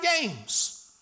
games